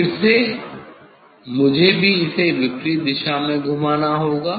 फिर से मुझे भी इसे विपरीत दिशा में घुमाना होगा